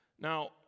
Now